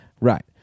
Right